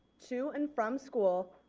to and from school,